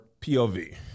POV